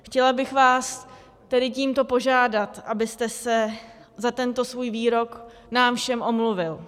Chtěla bych vás tedy tímto požádat, abyste se za tento svůj výrok nám všem omluvil.